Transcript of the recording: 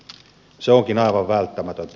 se onkin aivan välttämätöntä